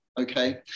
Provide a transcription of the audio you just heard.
okay